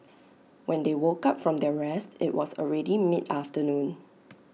when they woke up from their rest IT was already mid afternoon